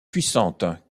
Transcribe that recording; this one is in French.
puissante